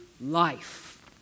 life